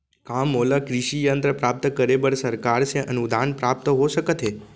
का मोला कृषि यंत्र प्राप्त करे बर सरकार से अनुदान प्राप्त हो सकत हे?